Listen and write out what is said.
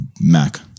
Mac